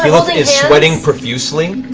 i mean is sweating profusely,